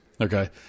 okay